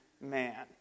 man